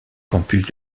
campus